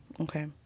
Okay